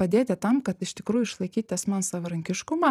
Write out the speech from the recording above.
padėti tam kad iš tikrųjų išlaikyti asmens savarankiškumą